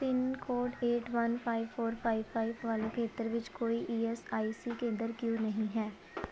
pin code eight one five four five five ਵਾਲੇ ਖੇਤਰ ਵਿੱਚ ਕੋਈ ਈ ਐੱਸ ਆਈ ਸੀ ਕੇਂਦਰ ਕਿਉਂ ਨਹੀਂ ਹੈ